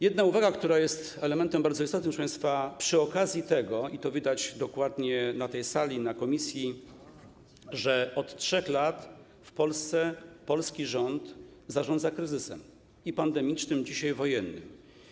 Jedna uwaga, która jest elementem bardzo istotnym, proszę państwa, przy okazji tego, i to widać dokładnie na tej sali i w komisji, że od 3 lat w Polsce polski rząd zarządza kryzysem pandemicznym, a dzisiaj - wojennym.